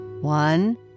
One